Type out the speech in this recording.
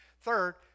Third